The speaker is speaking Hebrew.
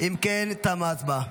אינו נוכח זאב אלקין,